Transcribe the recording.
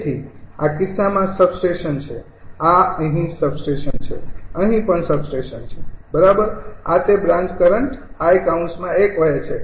તેથી આ કિસ્સામાં સબસ્ટેશન છે આ અહીં સબસ્ટેશન છે અહી પણ સબસ્ટેશન છે બરાબર આ તે બ્રાન્ચ કરંટ 𝐼૧ વહે છે